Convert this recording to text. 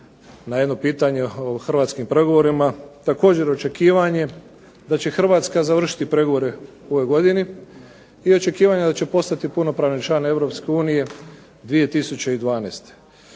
na jedno pitanje o hrvatskim pregovorima također očekivanje da će Hrvatska završiti pregovore u ovoj godini i očekivanja da će postati punopravan član Europske unije 2012.